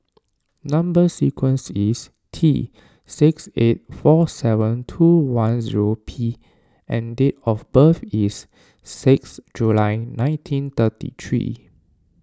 Number Sequence is T six eight four seven two one zero P and date of birth is six July nineteen thirty three